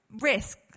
risk